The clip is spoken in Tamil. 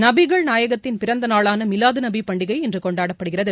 நபிகள் நாயகத்தின் பிறந்த நாளான மிலாது நபி பண்டிகை இன்று கொண்டாடப்படுகிறது